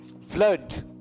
Flood